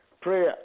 Prayer